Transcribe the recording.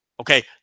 Okay